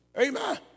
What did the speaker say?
Amen